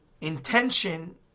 intention